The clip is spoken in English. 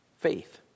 Faith